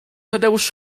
tadeusz